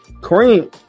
Cream